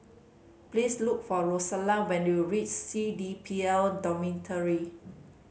please look for Rosella when you reach C D P L Dormitory